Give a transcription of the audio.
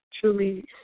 Truly